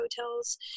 hotels